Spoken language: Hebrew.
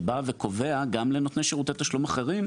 שקובע גם לנותני שירותי תשלום אחרים,